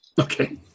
Okay